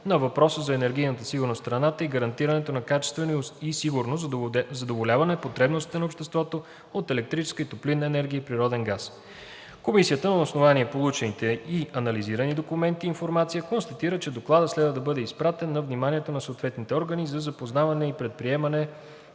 на въпроса за енергийната сигурност в страната и гарантирането на качествено и сигурно задоволяване потребностите на обществото от електрическа и топлинна енергия и природен газ. Комисията на основание получените и анализирани документи и информация констатира, че Докладът следва да бъде изпратен на вниманието на съответните органи за запознаване и предприемане